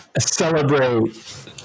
celebrate